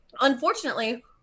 unfortunately